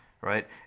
right